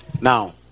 Now